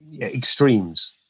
extremes